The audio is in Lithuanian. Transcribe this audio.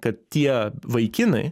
kad tie vaikinai